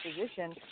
position